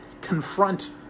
confront